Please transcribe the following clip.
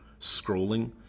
scrolling